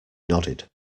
nodded